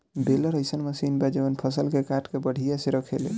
baler अइसन machine बा जवन फसल के काट के बढ़िया से रखेले